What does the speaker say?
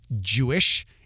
Jewish